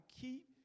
keep